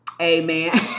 Amen